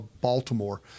baltimore